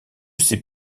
ces